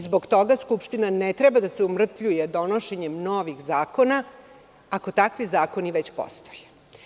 Zbog toga Skupština ne treba da se umrtvljuje donošenjem novih zakona, ako takvi zakoni već postoje.